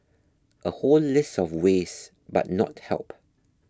a whole list of ways but not help